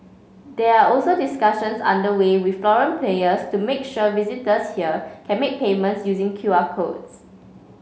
there are also discussions under way with foreign players to make sure visitors here can make payments using Q R codes